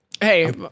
Hey